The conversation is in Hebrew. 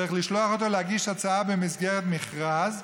צריך לשלוח אותו להגיש הצעה במסגרת מכרז,